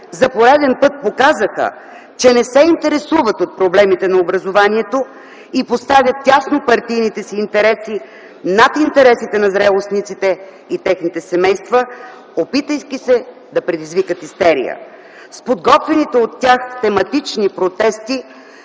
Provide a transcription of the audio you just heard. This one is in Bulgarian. за пореден път показаха, че не се интересуват от проблемите на образованието и поставят теснопартийните си интереси над интересите на зрелостниците и техните семейства, опитвайки се да предизвикат истерия. С подготвените от тях тематични протести